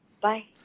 Bye